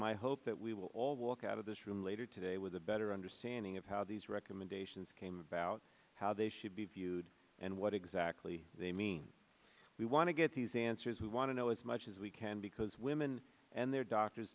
my hope that we will all walk out of this room later today with a better understanding of how these recommendations came about how they should be viewed and what exactly they mean we want to get these answers who want to know as much as we can because women and their doctors